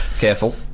Careful